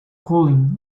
cooling